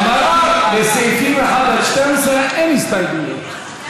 אמרתי: לסעיפים 1 12 אין הסתייגויות,